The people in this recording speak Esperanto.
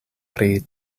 pri